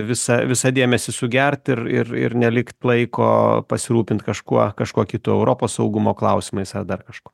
visą visą dėmesį sugert ir ir ir nelikt laiko pasirūpint kažkuo kažkuo kitu europos saugumo klausimais ar dar kažkuo